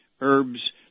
herbs